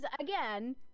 again